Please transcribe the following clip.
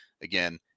Again